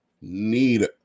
need